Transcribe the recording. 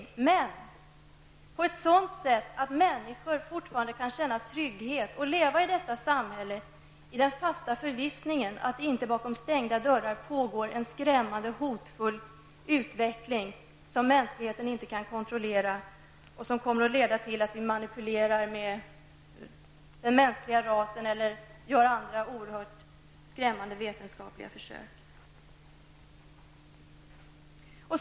Det skall göras på ett sådant sätt att människor fortfarande kan känna trygghet och leva i detta samhälle i den fasta förvissningen att det inte bakom stängda dörrar pågår en skrämmande hotfull utveckling som mänskligheten inte kan kontrollera och som kommer att leda till att vi manipulerar med den mänskliga rasen eller genomför andra oerhört skrämmande vetenskapliga försök.